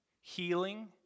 Healing